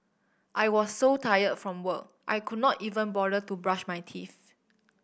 I was so tired from work I could not even bother to brush my teeth